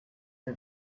der